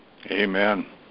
Amen